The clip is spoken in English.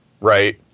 right